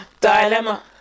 dilemma